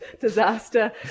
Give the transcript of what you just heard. disaster